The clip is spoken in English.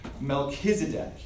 Melchizedek